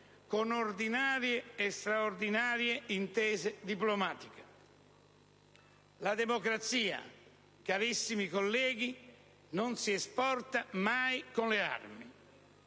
con ordinarie e straordinarie intese diplomatiche. La democrazia, carissimi colleghi, non si esporta mai con le armi.